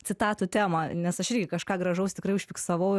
citatų temą nes aš irgi kažką gražaus tikrai užfiksavau